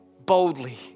boldly